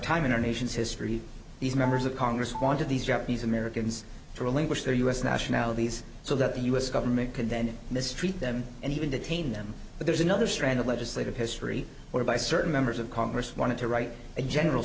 time in our nation's history these members of congress wanted these japanese americans to relinquish their u s nationalities so that the u s government could then mistreat them and even detain them but there's another strand of legislative history where by certain members of congress wanted to write a general